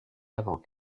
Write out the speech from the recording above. avant